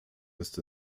ist